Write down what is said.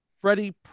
Freddie